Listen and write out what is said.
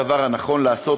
וזה הדבר הנכון לעשות,